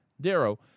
Darrow